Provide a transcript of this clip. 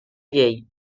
llei